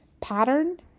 Pattern